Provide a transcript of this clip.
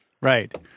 Right